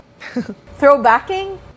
throwbacking